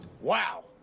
Wow